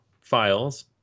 files